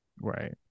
right